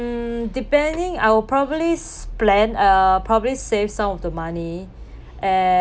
mm depending I will probably s~ plan uh probably save some of the money and